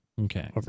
Okay